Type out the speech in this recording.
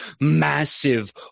massive